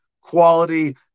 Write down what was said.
quality